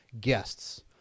guests